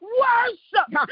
worship